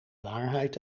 waarheid